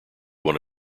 one